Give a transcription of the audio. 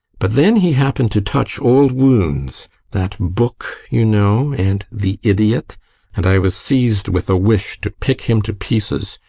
but then he happened to touch old wounds that book, you know, and the idiot and i was seized with a wish to pick him to pieces,